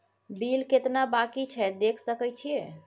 Bill केतना बाँकी छै देख सके छियै?